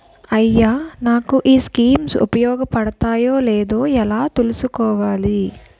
అయ్యా నాకు ఈ స్కీమ్స్ ఉపయోగ పడతయో లేదో ఎలా తులుసుకోవాలి?